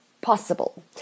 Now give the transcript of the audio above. possible